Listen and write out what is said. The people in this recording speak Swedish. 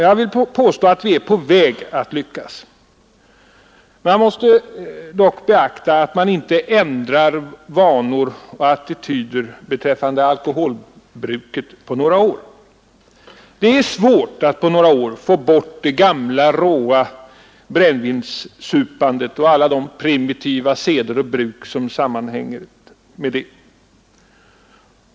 Jag vill påstå att vi är på väg att lyckas. Man måste dock beakta att man inte ändrar vanor och attityder beträffande alkoholbruket på några år. Det är svårt att på några år få bort det gamla råa brännvinssupandet och alla de primitiva seder och bruk som sammanhänger med det.